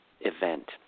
event